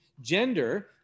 Gender